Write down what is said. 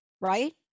right